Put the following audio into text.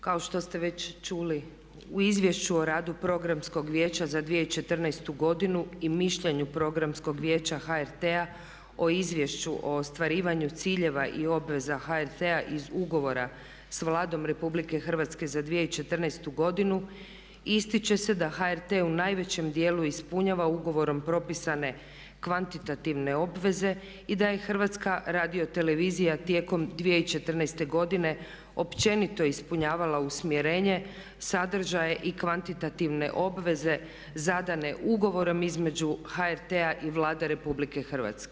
Kao što ste već čuli u Izvješću o radu Programskog vijeća za 2014. godinu i mišljenu Programskog vijeća HRT-a o Izvješću o ostvarivanju ciljeva i obveza HRT-a iz Ugovora s Vladom RH za 2014. godinu ističe se da HRT u najvećem dijelu ispunjava ugovorom propisane kvantitativne obveze i da je HRT tijekom 2014. godine općenito ispunjavala usmjerenje, sadržaj i kvantitativne obveze zadane ugovorom između HRT-a i Vlade RH.